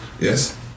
Yes